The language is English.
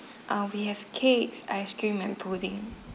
uh we have cakes ice cream and pudding